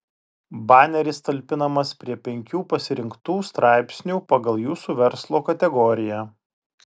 baneris talpinamas prie penkių pasirinktų straipsnių pagal jūsų verslo kategoriją